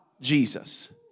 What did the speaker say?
Jesus